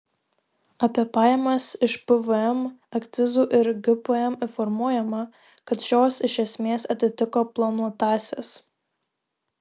apie pajamas iš pvm akcizų ir gpm informuojama kad šios iš esmės atitiko planuotąsias